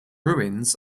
ruins